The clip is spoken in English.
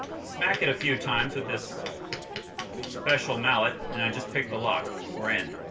smack it a few times with this special mallet and i just picked the lock. we're in.